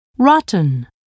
rotten